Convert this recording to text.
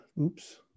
oops